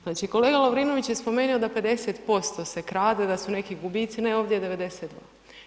Znači, kolega Lovrinović je spomenuo da 50% se krade, da su neki gubici, ne ovdje je 92.